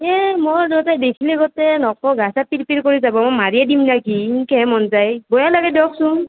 এ মোৰ গোটেই দেখলি গোটেই নকপো গা চা পিৰ পিৰেই কৰি যাব মাৰিয়ে দিম নেকি ইনকেহে মন যায় বেয়া লাগে দিয়কচোন